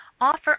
offer